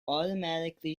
automatically